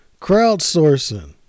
crowdsourcing